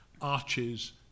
arches